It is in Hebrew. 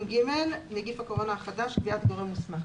20ג.הוראת שעה נגיף הקורונה החדש קביעת גורם מוסמך